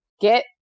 Get